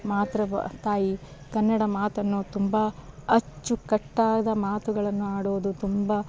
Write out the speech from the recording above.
ಮಾತೃ ಬ್ ತಾಯಿ ಕನ್ನಡ ಮಾತನ್ನು ತುಂಬ ಅಚ್ಚುಕಟ್ಟಾದ ಮಾತುಗಳನ್ನು ಆಡೋದು ತುಂಬ